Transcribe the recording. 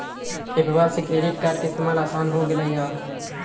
एप्पवा से credit card के इस्तेमाल असान हो गेलई ह